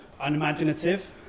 unimaginative